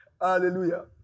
Hallelujah